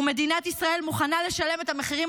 ומדינת ישראל מוכנה לשלם את המחירים